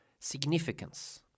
significance